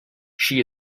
she